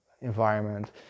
environment